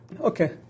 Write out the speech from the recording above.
Okay